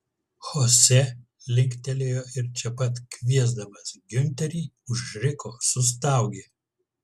chose linktelėjo ir čia pat kviesdamas giunterį užriko sustaugė